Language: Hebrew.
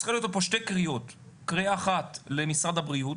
צריכות להיות פה שתי קריאות: קריאה אחת למשרד הבריאות,